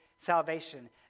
salvation